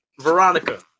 Veronica